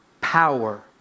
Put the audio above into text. power